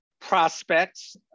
prospects